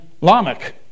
Lamech